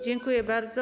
Dziękuję bardzo.